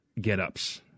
get-ups